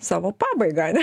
savo pabaigą ane